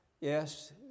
yes